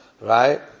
right